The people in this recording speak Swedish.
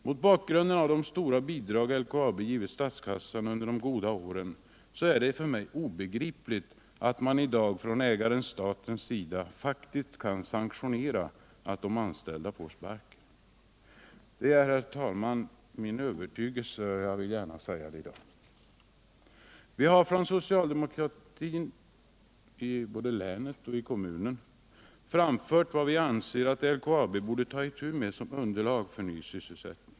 Mot bakgrund av de stora bidrag som LKAB har givit statskassan under de goda åren är det för mig obegripligt att man i dag från ägaren-statens sida faktiskt kan sanktionera att de anställda får sparken. Detta, herr talman, är min övertygelse; jag vill gärna säga det i dag. Vi har från socialdemokratin i såväl länet som kommunen framfört vad vi anser att LKAB borde ta itu med som underlag för ny sysselsättning.